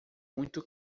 muito